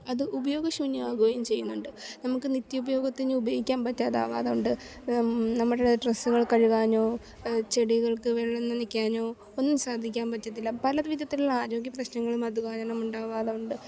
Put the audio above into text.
അത് ഉപയോഗശൂന്യമാകുകയും ചെയ്യുന്നുണ്ട് നമുക്ക് നിത്യോപയോഗത്തിനുപയോഗിക്കാൻ പറ്റാതാകാത്തതുണ്ട് നമ്മുടെ ഡ്രസ്സുകൾ കഴുകാനോ ചെടികൾക്ക് വെള്ളം നനയ്ക്കാനോ ഒന്നും സാധിക്കാൻ പറ്റത്തില്ല പല വിധത്തിലുള്ള ആരോഗ്യ പ്രശ്നങ്ങളും അതുകാരണം ഉണ്ടാകാറുണ്ട്